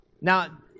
Now